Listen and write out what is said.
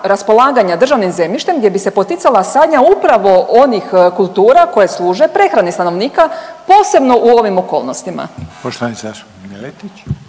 raspolaganja državnim zemljištem gdje bi se poticala sadnja upravo onih kultura koje služe prehrani stanovnika, posebno u ovim okolnostima.